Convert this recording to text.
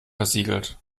versiegelt